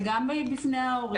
וגם בפני ההורים.